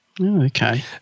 Okay